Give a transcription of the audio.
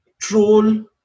troll